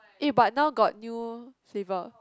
eh but now got new flavour